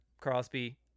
Crosby